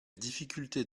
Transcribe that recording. difficulté